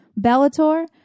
Bellator